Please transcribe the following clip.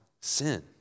sin